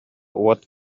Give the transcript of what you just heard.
уот